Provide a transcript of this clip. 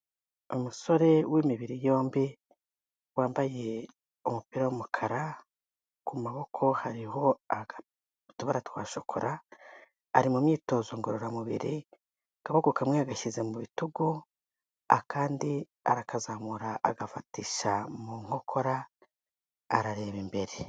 Umusore w'imibiri yombi wambaye umupira w'umukara, ku maboko hariho utubara twa shokora, ari mu myitozo ngororamubiri akaboko kamwe yagashyize mu bitugu akandi arakazamura agafatisha mu nkokora arareba imbere.